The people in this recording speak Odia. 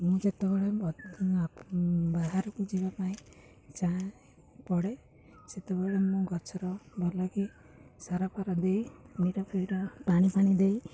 ମୁଁ ଯେତେବେଳେ ବାହାରକୁ ଯିବା ପାଇଁ ଯାହା ପଡ଼େ ସେତେବେଳେ ମୁଁ ଗଛର ଭଲକି ସାର ଫାର ଦେଇ ନିର ଫିର ପାଣି ଫାଣି ଦେଇ